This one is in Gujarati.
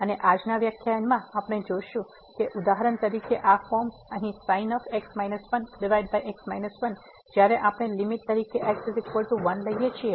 અને આજના વ્યાખ્યાનમાં આપણે જોશું કે ઉદાહરણ તરીકે આ ફોર્મ અહીં sin x 1 જ્યારે આપણે લીમીટ તરીકે x૧ લઈએ છીએ